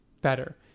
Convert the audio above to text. better